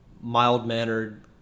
mild-mannered